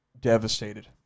devastated